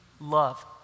love